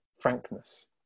frankness